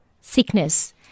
sickness